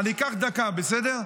אני אקח דקה, בסדר?